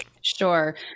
Sure